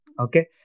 Okay